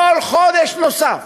כל חודש נוסף